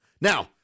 Now